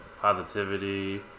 positivity